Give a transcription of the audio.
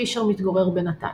פישר מתגורר בנתניה.